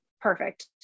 perfect